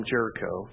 Jericho